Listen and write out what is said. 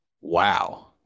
Wow